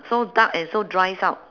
so dark and so dries out